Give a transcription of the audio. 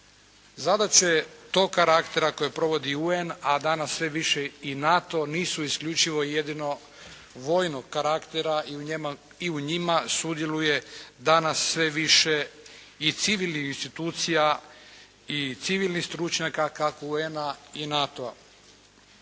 Zadaće tog karaktera koje provodi i UN, a danas sve više i NATO nisu isključivo i jedino vojnog karaktera i u njima sudjeluje danas sve više i civilnih institucija i civilnih stručnjaka kako UN-a i NATO-a.